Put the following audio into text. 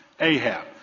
Ahab